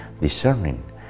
discerning